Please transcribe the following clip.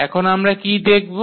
এখন আমরা কি দেখব